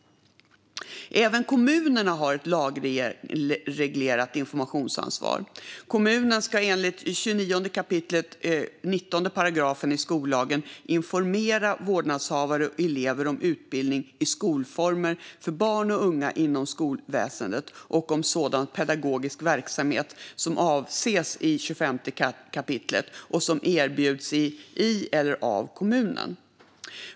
Även kommunerna har ett lagreglerat informationsansvar. Kommunen ska enligt 29 kap. 19 § skollagen informera vårdnadshavare och elever om utbildning i skolformer för barn och unga inom skolväsendet och om sådan pedagogisk verksamhet som avses i 25 kap. och som erbjuds i eller av kommunen.